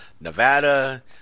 Nevada